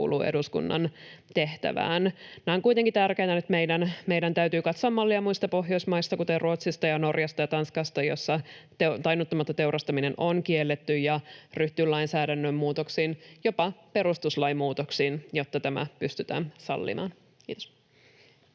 kuuluu eduskunnan tehtävään. — Näen kuitenkin tärkeäksi, että meidän täytyy katsoa mallia muista Pohjoismaista, kuten Ruotsista ja Norjasta ja Tanskasta, missä tainnuttamatta teurastaminen on kielletty, ja meidän täytyy ryhtyä lainsäädännön muutoksiin, jopa perustuslain muutoksiin, jotta tämä pystytään sallimaan. — Kiitos.